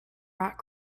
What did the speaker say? rock